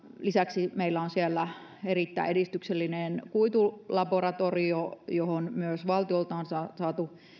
lisäksi meillä on siellä erittäin edistyksellinen kuitulaboratorio johon myös valtiolta on saatu